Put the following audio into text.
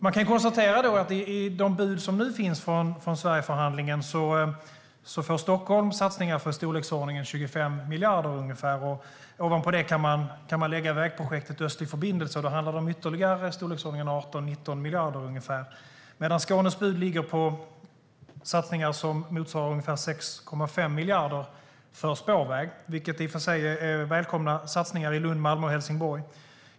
I de bud som nu finns från Sverigeförhandlingen får Stockholm satsningar i storleksordningen 25 miljarder. Ovanpå det kan man lägga vägprojektet Östlig förbindelse, och då handlar det om ytterligare 18-19 miljarder. För Skånes del är budet satsningar som motsvarar ungefär 6,5 miljarder för spårväg. Det är i och för sig välkomna satsningar i Lund, Malmö och Helsingborg.